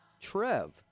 Trev